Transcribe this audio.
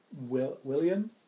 William